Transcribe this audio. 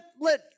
let